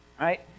Right